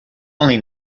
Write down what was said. only